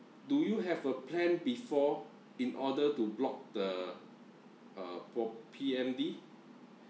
do you have a plan before in order to block the uh for P_M_D